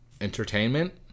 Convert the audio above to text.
Entertainment